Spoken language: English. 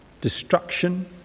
destruction